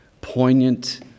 poignant